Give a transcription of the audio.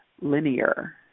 linear